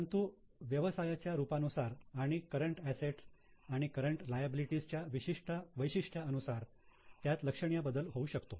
परंतु व्यवसायाच्या रूपा नुसार आणि करंट असेट्स आणि करंट लायबिलिटी च्या वैशिष्ट्य अनुसार त्यात लक्षणीय बदल होऊ शकतो